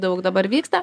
daug dabar vyksta